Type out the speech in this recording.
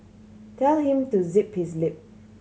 tell him to zip his lip